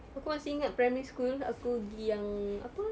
aku masih ingat primary school aku gigi yang apa